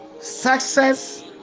success